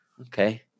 Okay